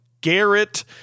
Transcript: Garrett